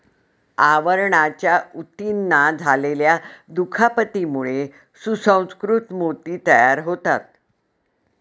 आवरणाच्या ऊतींना झालेल्या दुखापतीमुळे सुसंस्कृत मोती तयार होतात